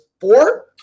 four